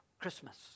Christmas